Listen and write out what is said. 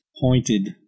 pointed